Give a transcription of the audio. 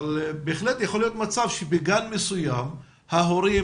אבל בהחלט יכול להיות מצב שבגן מסוים ההורים,